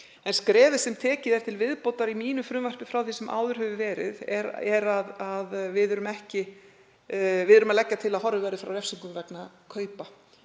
En skrefið sem tekið er til viðbótar í mínu frumvarpi frá því sem áður hefur verið er að við leggjum til að horfið verði frá refsingum vegna kaupa.